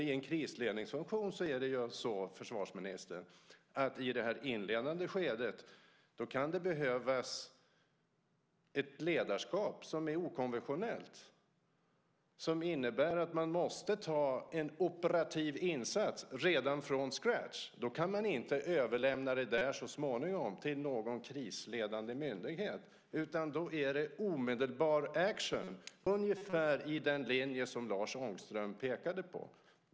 I en krisledningsfunktion är det ju så, försvarsministern, att det i det inledande skedet kan krävas ett ledarskap som är okonventionellt och som innebär att man måste ta en operativ insats redan från scratch. Då kan man inte överlämna det så småningom till någon krisledande myndighet, utan det är omedelbar action som gäller, ungefär i linje med det Lars Ångström pekade på.